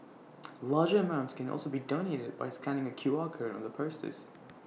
larger amounts can also be donated by scanning A Q R code on the posters